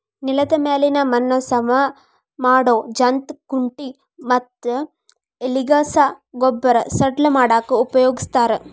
ನೆಲದ ಮ್ಯಾಲಿನ ಮಣ್ಣ ಸವಾ ಮಾಡೋ ಜಂತ್ ಕುಂಟಿ ಮತ್ತ ಎಲಿಗಸಾ ಗೊಬ್ಬರ ಸಡ್ಲ ಮಾಡಾಕ ಉಪಯೋಗಸ್ತಾರ